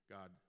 God